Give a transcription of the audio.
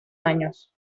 años